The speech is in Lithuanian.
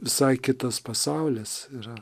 visai kitas pasaulis yra